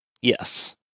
Yes